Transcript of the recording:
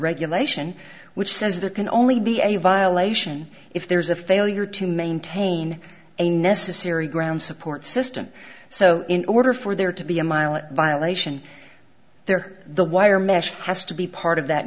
regulation which says that can only be a violation if there's a failure to maintain a necessary ground support system so in order for there to be a mile a violation there the wire mesh has to be part of that